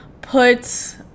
put